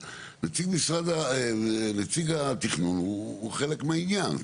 אז נציג התכנון הוא חלק מהעניין.